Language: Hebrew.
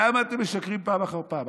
למה אתם משקרים פעם אחר פעם?